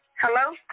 Hello